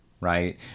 Right